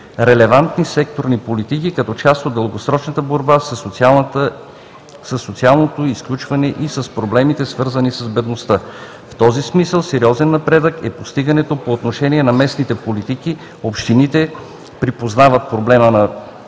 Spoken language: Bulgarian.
релевантни секторни политики като част от дългосрочната борба със социалното изключване и с проблемите, свързани с бедността. В този смисъл сериозен напредък е постигнатото по отношение на местните политики – общините припознават проблема и